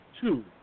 two